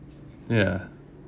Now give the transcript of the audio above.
ya